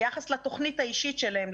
ביחס לתוכנית האישית שלהם,